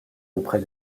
auprès